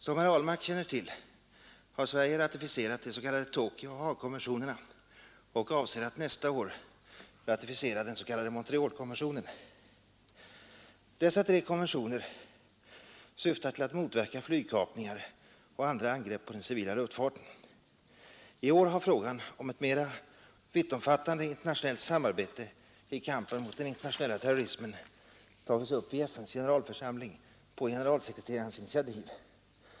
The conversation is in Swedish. Som herr Ahlmark känner till har Sverige ratificerat de s.k. Tokiooch Haagkonventionerna och avser att nästa år ratificera den s.k. Montrealkonventionen. Dessa tre konventioner syftar till att motverka flygkapningar och andra angrepp på den civila luftfarten. I år har frågan om ett mera vittomfattande internationellt samarbete i kampen mot den internationella terrorismen tagits upp i FN:s generalförsamling på generalsekreterarens initiativ.